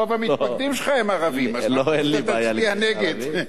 רוב המתפקדים שלך הם ערבים, אז למה שלא תצביע נגד?